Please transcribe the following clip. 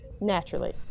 Naturally